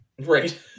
Right